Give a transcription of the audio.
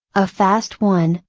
a fast one,